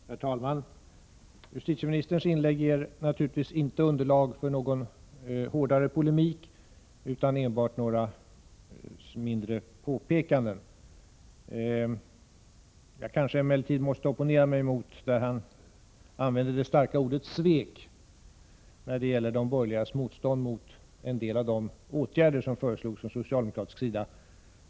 Herr talman! Justitieministerns inlägg ger naturligtvis inte underlag för någon hårdare polemik utan enbart för några mindre påpekanden. Jag måste emellertid opponera mig mot att han använder det starka ordet ”svek” när det gäller de borgerligas motstånd mot en del av de åtgärder som föreslagits från socialdemokratisk sida.